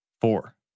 Four